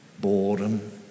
boredom